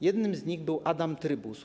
Jednym z nich był Adam Trybus.